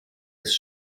ist